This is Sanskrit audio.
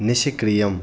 निष्क्रियम्